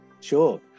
sure